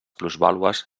plusvàlues